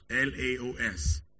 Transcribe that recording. L-A-O-S